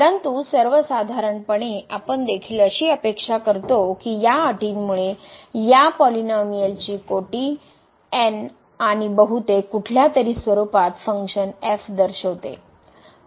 परंतु सर्वसाधारणपणे आपण देखील अशी अपेक्षा करतो की या अटींमुळे या पॉलिनोमिअलची कोटी n आणि बहुतेक कुठल्या तरी स्वरूपात फंक्शन दर्शवते